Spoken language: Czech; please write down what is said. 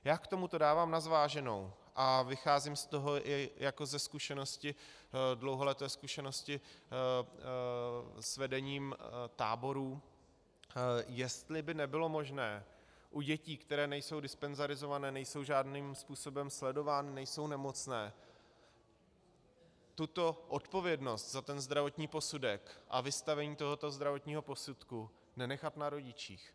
Já k tomuto dávám na zváženou, a vycházím z toho i jako ze zkušenosti, dlouholeté zkušenosti s vedením táborů, jestli by nebylo možné u dětí, které nejsou dispenzarizované, nejsou žádným způsobem sledovány, nejsou nemocné, tuto odpovědnost za zdravotní posudek a vystavení tohoto zdravotního posudku nenechat na rodičích.